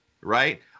right